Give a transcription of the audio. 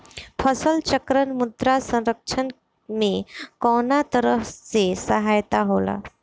फसल चक्रण मृदा संरक्षण में कउना तरह से सहायक होला?